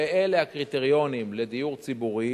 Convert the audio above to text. ואלה הקריטריונים לדיור ציבורי,